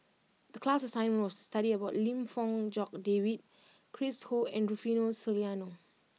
the class assignment was to study about Lim Fong Jock David Chris Ho and Rufino Soliano